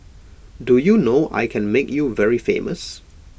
do you know I can make you very famous